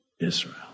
Israel